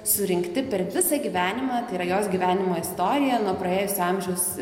surinkti per visą gyvenimą tai yra jos gyvenimo istorija nuo praėjusio amžiaus